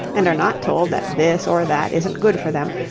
and are not told that this or that isn't good for them,